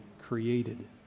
created